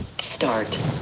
Start